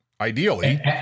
ideally